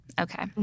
Okay